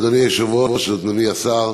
אדוני היושב-ראש, אדוני השר,